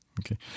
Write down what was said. okay